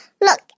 Look